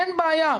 אין בעיה,